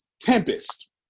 tempest